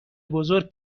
بزرگ